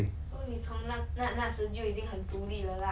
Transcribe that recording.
可以这样讲 lor 就是完全没有跟爸爸妈妈拿钱 lor